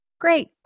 Great